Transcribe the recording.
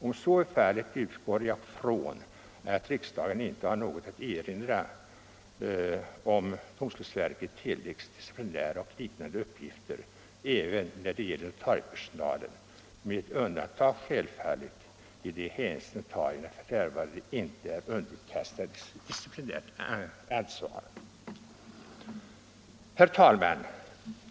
Om så är fallet utgår jag från att riksdagen inte har något att erinra, om domstolsverket tilläggs disciplinära och liknande uppgifter även när det gäller notariepersonalen, med undantag självfallet i de hänseenden där notarierna f. n. inte är underkastade disciplinärt ansvar. Herr talman!